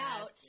out